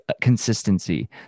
consistency